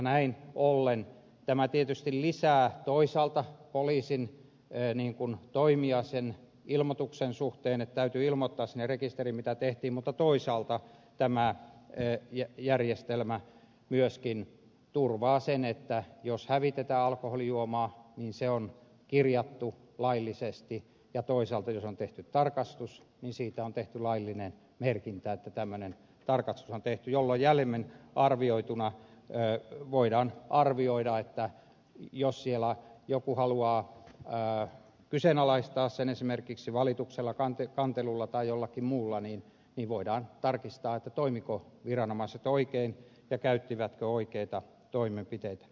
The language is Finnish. näin ollen tämä tietysti lisää toisaalta poliisin toimia sen ilmoituksen suhteen että täytyy ilmoittaa sinne rekisteriin mitä tehtiin mutta toisaalta tämä järjestelmä myöskin turvaa sen että jos hävitetään alkoholijuomaa niin se on kirjattu laillisesti ja toisaalta jos on tehty tarkastus niin siitä on tehty laillinen merkintä että tämmöinen tarkastus on tehty jolloin jäljemmin voidaan arvioida että jos siellä joku haluaa kyseenalaistaa sen esimerkiksi valituksella kantelulla tai jollakin muulla niin voidaan tarkistaa toimivatko viranomaiset oikein ja käyttivätkö oikeita toimenpiteitä